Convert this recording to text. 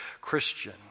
Christian